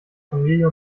familie